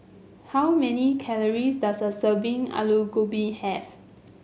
how many calories does a serving Alu Gobi have